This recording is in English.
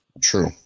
True